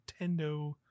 nintendo